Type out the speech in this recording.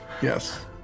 Yes